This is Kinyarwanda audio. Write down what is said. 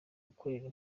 gukorera